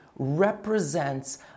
represents